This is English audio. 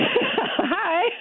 Hi